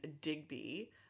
digby